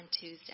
Tuesday